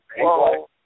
Whoa